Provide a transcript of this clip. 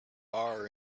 arm